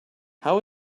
how